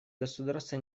государства